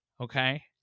Okay